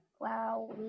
Wow